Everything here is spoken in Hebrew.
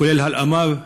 כולל הלאמה.